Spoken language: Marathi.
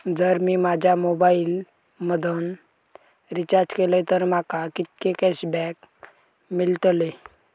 जर मी माझ्या मोबाईल मधन रिचार्ज केलय तर माका कितके कॅशबॅक मेळतले?